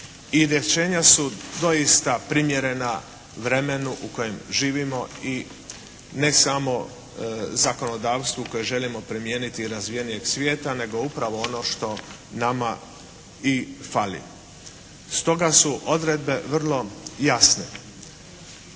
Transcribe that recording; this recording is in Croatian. i rješenja su doista primjerena vremenu u kojem živimo i ne samo zakonodavstvu koje želimo primijeniti i razvijenijeg svijeta, nego upravo ono što nama i fali. Stoga su odredbe vrlo jasne.